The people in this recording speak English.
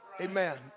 Amen